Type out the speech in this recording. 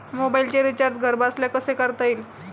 मोबाइलचे रिचार्ज घरबसल्या कसे करता येईल?